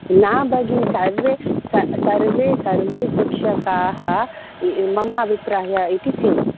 न भगिनी सर्वे सर्वे सर्वे शिक्षकाः मम अभिप्रायः इति सेम्